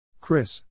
Chris